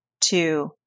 two